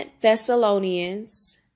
Thessalonians